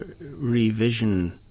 revision